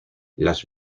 las